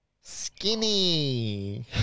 Skinny